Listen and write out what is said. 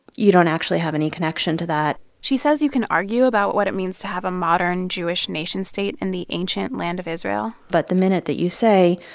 you don't actually have any connection to that she says you can argue about what it means to have a modern jewish nation-state in the ancient land of israel but the minute that you say,